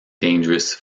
dangerous